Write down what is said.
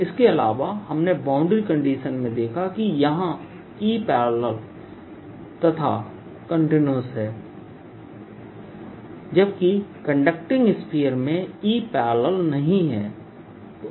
इसके अलावा हमने बाउंड्री कंडीशन में देखा कि यहां E पेरलेल तथा कन्टिन्यूअस है जबकि कंडक्टिंग स्फीयर में E पेरलेल नहीं है